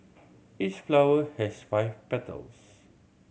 each flower has five petals